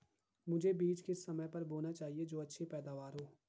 मुझे बीज किस समय पर बोना चाहिए जो अच्छी पैदावार हो?